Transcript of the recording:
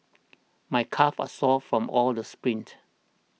my calves are sore from all the sprints